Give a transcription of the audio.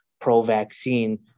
pro-vaccine